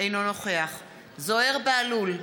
אינו נוכח זוהיר בהלול,